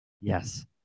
Yes